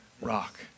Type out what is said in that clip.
rock